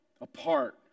apart